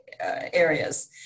areas